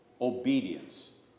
obedience